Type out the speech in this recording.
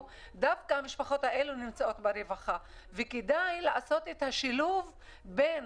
המשפחות האלה נמצאות ברווחה וכדאי לעשות את השילוב בין